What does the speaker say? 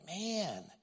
man